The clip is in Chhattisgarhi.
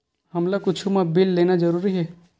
हमला कुछु मा बिल लेना जरूरी हे?